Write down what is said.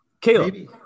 Caleb